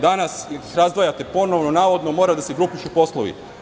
Danas ih razdvajate ponovo, navodno mora da se grupišu poslovi.